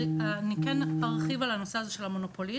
אני כן ארחיב על הנושא הזה של המונופולין,